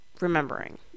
remembering